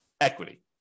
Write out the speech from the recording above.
equity